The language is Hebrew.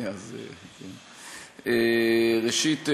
ראשית,